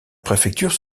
préfecture